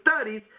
studies